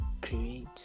create